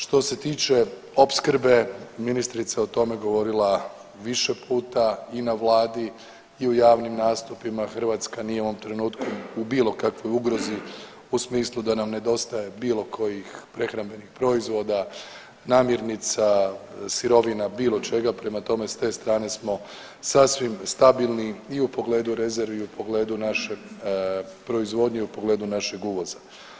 Što se tiče opskrbe, ministrica je o tome govorila više puta i na vladi i u javnim nastupima, Hrvatska nije u ovom trenutku u bilo kakvoj ugrozi u smislu da nam nedostaje bilo kojih prehrambenih proizvoda, namirnica, sirovina, bilo čega prema tome s te strane smo sasvim stabilni i u pogledu rezervi i u pogledu naše proizvodnje i u pogledu našeg uvoza.